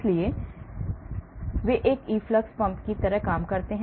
इसलिए वे एक efflux पंप की तरह काम करते हैं